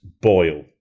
boil